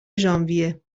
ژانویه